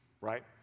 right